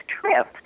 trip